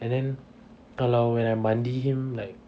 and then kalau when I mandi him like